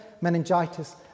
meningitis